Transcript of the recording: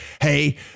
hey